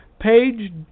page